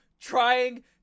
trying